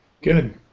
Good